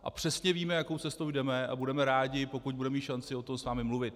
a přesně víme, jakou cestou jdeme a budeme rádi, pokud budeme mít šanci o tom s vámi mluvit.